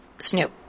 Snoop